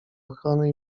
ochrony